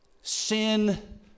sin